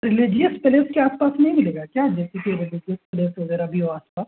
religious place کے آس پاس نہیں ملے گا کیا جیسے کہ ریلیجیئس پلیس وغیرہ بھی ہو آس پاس